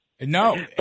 No